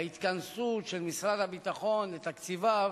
ההתכנסות של משרד הביטחון ותקציביו,